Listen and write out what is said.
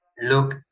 look